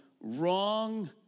wrong